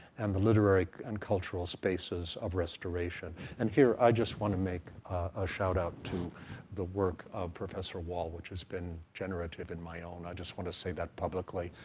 and the literary and cultural spaces of restoration. and here, i just want to make a shout out to the work of professor wall, which has been generative in my own, i just want to say that publicly,